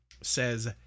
says